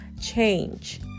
change